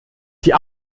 die